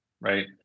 right